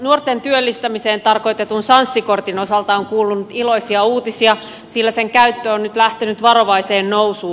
nuorten työllistämiseen tarkoitetun sanssi kortin osalta on kuulunut iloisia uutisia sillä sen käyttö on nyt lähtenyt varovaiseen nousuun